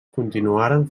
continuaren